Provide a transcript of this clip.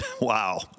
Wow